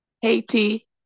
Haiti